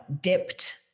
dipped